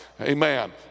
Amen